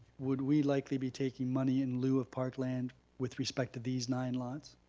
would we likely be taking money in lieu of parkland with respect to these nine lots?